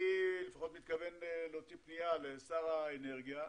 אני מתכוון להוציא פנייה לשר האנרגיה,